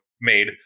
made